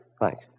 Thanks